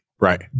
Right